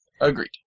agreed